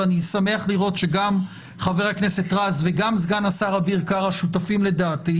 ואני שמח לראות שגם חבר הכנסת רז וגם סגן השר אביר קארה שותפים לדעתי,